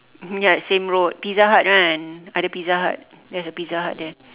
ya same road pizza hut kan ada pizza hut there's a pizza hut there